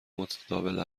متداول